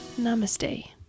Namaste